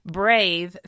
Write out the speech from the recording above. brave